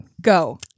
Go